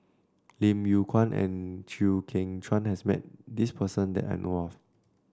Lim Yew Kuan and Chew Kheng Chuan has met this person that I know of